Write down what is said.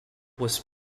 was